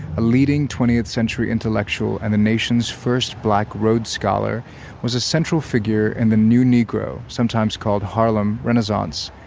a leading twentieth century intellectual and the nation's first black rhodes scholar was a central figure in and the new negro sometimes called harlem renaissance.